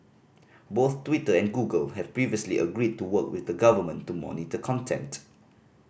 both Twitter and Google have previously agreed to work with the government to monitor content